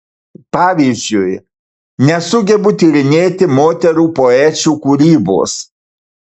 pavyzdžiui nesugebu tyrinėti moterų poečių kūrybos